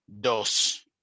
dos